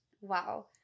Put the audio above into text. Wow